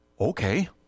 Okay